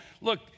look